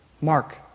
Mark